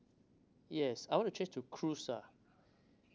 yes I wanna change to cruise ah